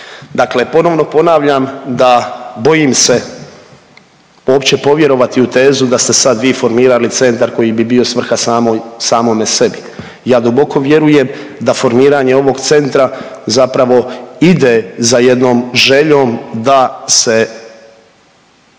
Dakle ponovno ponavljam da bojim se uopće povjerovati u tezu da ste sad vi formirali centar koji bi bio svrha samoj, samome sebi. Ja duboko vjerujem da formiranje ovog centra zapravo ide za jednom željom da se